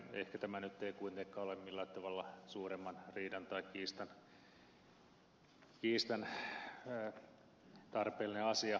ehkä tämä nyt ei kuitenkaan ole millään tavalla suuremman riidan tai kiistan asia